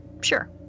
Sure